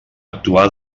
actuar